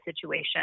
situation